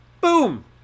boom